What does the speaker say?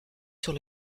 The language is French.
sur